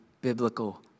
biblical